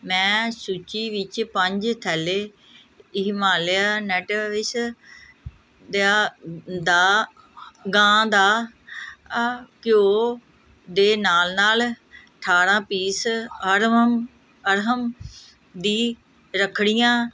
ਮੈਂ ਸੂਚੀ ਵਿੱਚ ਪੰਜ ਥੈਲੇ ਹਿਮਾਲਿਆ ਨੈਟਵਿਸ਼ ਦਾ ਦਾ ਗਾਂ ਦਾ ਘਿਓ ਦੇ ਨਾਲ ਨਾਲ ਅਠਾਰ੍ਹਾਂ ਪੀਸ ਅਰਹਮ ਅੜਹਮ ਦੀ ਰੱਖੜੀਆਂ